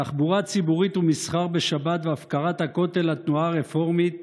תחבורה ציבורית ומסחר בשבת והפקרת הכותל לתנועה הרפורמית